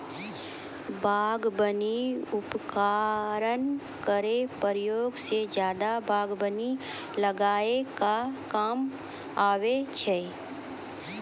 बागबानी उपकरन केरो प्रयोग सें जादा बागबानी लगाय क काम आबै छै